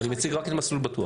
לא.